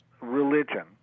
religion